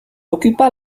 occupa